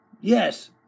Yes